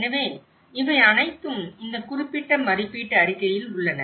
எனவே இவை அனைத்தும் இந்த குறிப்பிட்ட மதிப்பீட்டு அறிக்கையில் உள்ளன